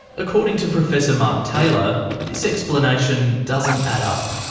according to professor mark taylor, this explanation doesn't add up.